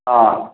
ആ